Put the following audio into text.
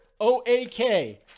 O-A-K